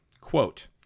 Quote